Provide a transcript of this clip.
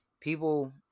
people